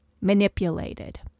manipulated